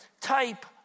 type